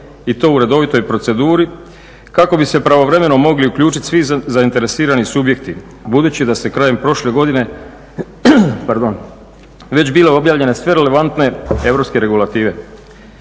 i to u redovitoj proceduri kako bi se pravovremeno mogli uključiti svi zainteresirani subjekti budući da su krajem prošle godine već bile objavljene sve relevantne europske regulative.